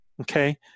okay